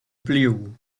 blew